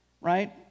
right